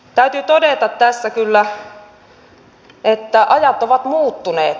täytyy todeta tässä kyllä että ajat ovat muuttuneet